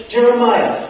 Jeremiah